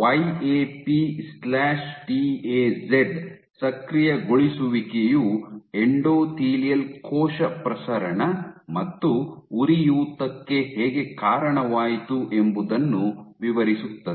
YAPTAZ YAPTAZ ಸಕ್ರಿಯಗೊಳಿಸುವಿಕೆಯು endothelial ಕೋಶ ಪ್ರಸರಣ ಮತ್ತು ಉರಿಯೂತಕ್ಕೆ ಹೇಗೆ ಕಾರಣವಾಯಿತು ಎಂಬುದನ್ನು ವಿವರಿಸುತ್ತದೆ